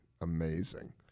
amazing